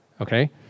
Okay